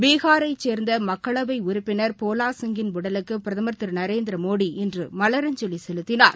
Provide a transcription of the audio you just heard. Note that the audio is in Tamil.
பீகாரைச் சேர்ந்த மக்களவை உறுப்பினர் போவாசிங்கின் உடலுக்கு பிரதமர் திரு நரேந்திரமோடி இன்று மலரஞ்சலி செலுத்தினார்